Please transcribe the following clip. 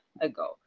ago